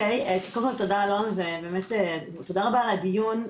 תודה רבה על הדיון,